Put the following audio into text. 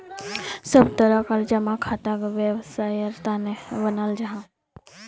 सब तरह कार जमा खाताक वैवसायेर तने बनाल जाहा